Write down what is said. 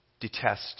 detest